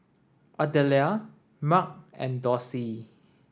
Ardelia Marc and Dorsey